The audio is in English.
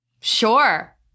Sure